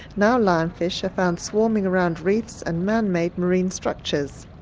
now lionfish are found swarming around reefs and man-made marine structures.